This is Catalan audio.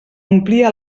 omplia